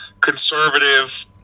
conservative